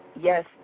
yes